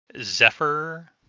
Zephyr